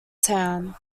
town